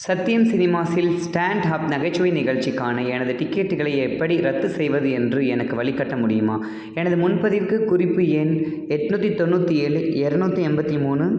சத்யம் சினிமாஸில் stand up நகைச்சுவை நிகழ்ச்சிக்கான எனது டிக்கெட்டுகளை எப்படி ரத்து செய்வது என்று எனக்கு வழிகாட்ட முடியுமா எனது முன்பதிவுக்கு குறிப்பு எண் எட்நூற்றி தொண்ணூற்றி ஏழு இரநூத்தி எண்பத்தி மூணு